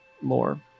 more